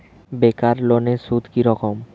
বেকার লোনের সুদ কি রকম?